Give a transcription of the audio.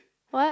what